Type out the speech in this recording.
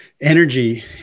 energy